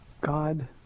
God